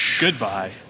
Goodbye